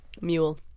Mule